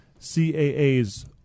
CAA's